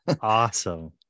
Awesome